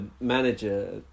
manager